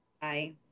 Bye